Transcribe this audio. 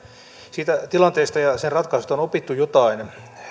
siitä tilanteesta ja sen ratkaisusta on opittu jotain